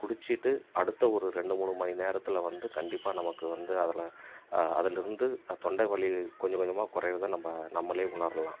குடிச்சுட்டு அடுத்த ஒரு ரெண்டு மூணு மணி நேரத்தில் வந்து கண்டிப்பாக நமக்கு வந்து அதில் அதிலருந்து தொண்டைவலி கொஞ்சம் கொஞ்சமாக குறையிறத நம்ம நம்மளே உணரலாம்